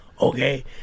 okay